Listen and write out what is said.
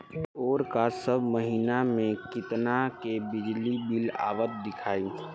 ओर का सब महीना में कितना के बिजली बिल आवत दिखाई